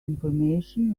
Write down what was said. information